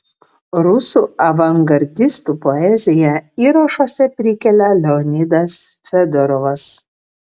rusų avangardistų poeziją įrašuose prikelia leonidas fedorovas